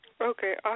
Okay